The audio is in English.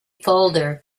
folder